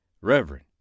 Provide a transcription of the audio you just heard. Reverend